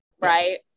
Right